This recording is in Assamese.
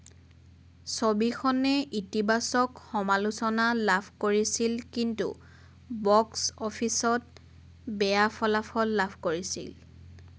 ছবিখনে ইতিবাচক সমালোচনা লাভ কৰিছিল কিন্তু বক্স অফিচত বেয়া ফলাফল লাভ কৰিছিল